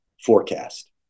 forecast